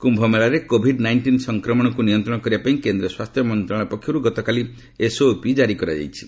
କୁୟ ମେଳାରେ COVID nineteen ସଂକ୍ରମଣକୁ ନିୟନ୍ତ୍ରଣ କରିବା ପାଇଁ କେନ୍ଦ୍ର ସ୍ୱାସ୍ଥ୍ୟ ମନ୍ତ୍ରଣାଳୟ ପକ୍ଷରୁ ଗତକାଲି ଏସ୍ଓପି ଜାରି କରାଯାଇଛି